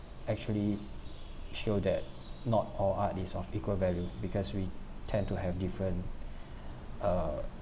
actually show that not all art is of equal value because we tend to have different err